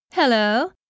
Hello